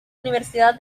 universidad